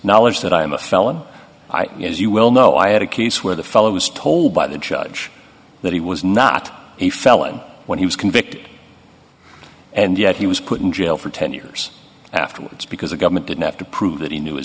knowledge that i am a felon i as you well know i had a case where the fellow was told by the judge that he was not a felon when he was convicted and yet he was put in jail for ten years afterwards because the government didn't have to prove that he knew